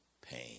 pain